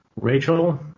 Rachel